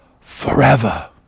Forever